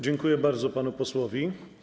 Dziękuję bardzo panu posłowi.